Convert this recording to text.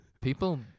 People